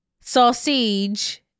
sausage